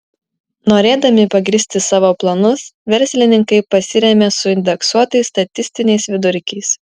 norėdami pagrįsti savo planus verslininkai pasirėmė suindeksuotais statistiniais vidurkiais